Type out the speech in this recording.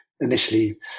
initially